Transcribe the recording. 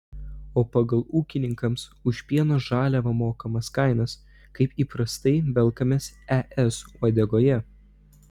o pagal ūkininkams už pieno žaliavą mokamas kainas kaip įprastai velkamės es uodegoje